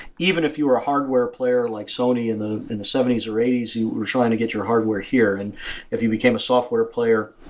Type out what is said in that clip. even if you are a hardware player, like sony in the in the seventy s or eighty s, you are trying to get your hardware here. and if you became a software player,